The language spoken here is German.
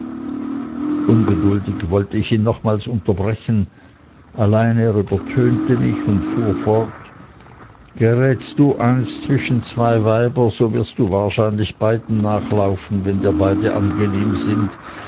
ungeduldig wollte ich ihn nochmals unterbrechen allein er übertönte mich und fuhr fort gerätst du einst zwischen zwei weiber so wirst du wahrscheinlich beiden nachlaufen wenn dir beide angenehm sind